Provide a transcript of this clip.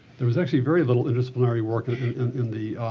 there was actually very little interdisciplinary work in the